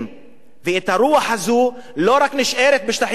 והרוח הזאת לא נשארת רק בשטחים הכבושים,